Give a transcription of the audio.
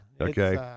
Okay